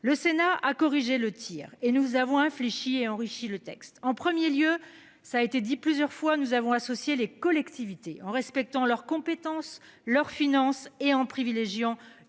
Le Sénat a corrigé le Tir et nous avons infléchie et enrichi le texte en premier lieu, ça a été dit plusieurs fois, nous avons associé les collectivités en respectant leurs compétences, leurs finances et en privilégiant